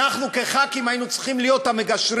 אנחנו כחברי כנסת היינו צריכים להיות המגשרים.